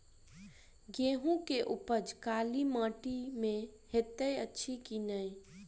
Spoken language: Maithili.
गेंहूँ केँ उपज काली माटि मे हएत अछि की नै?